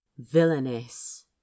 Villainous